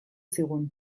zigun